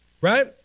Right